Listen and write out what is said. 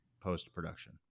post-production